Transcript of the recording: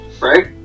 Right